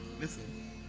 listen